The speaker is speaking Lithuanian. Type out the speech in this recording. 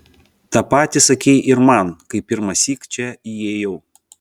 tą patį sakei ir man kai pirmąsyk čia įėjau